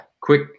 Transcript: quick